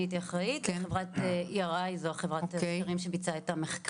אני הייתי אחראית וחברת ERI זו חברת המחקרים שביצעה את המחקר.